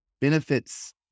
benefits